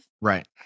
Right